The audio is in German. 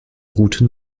route